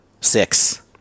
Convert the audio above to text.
six